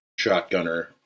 shotgunner